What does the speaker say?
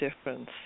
difference